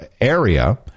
area